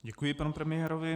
Děkuji panu premiérovi.